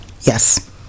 yes